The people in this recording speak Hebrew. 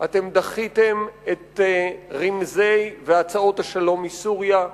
אתם דחיתם את הרמזים והצעות השלום מסוריה,